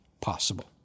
possible